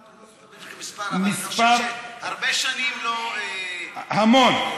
מספר, אבל אני חושב שהרבה שנים לא, המון.